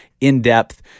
in-depth